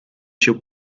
się